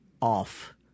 off